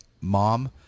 Mom